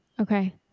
Okay